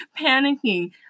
panicking